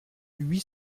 huit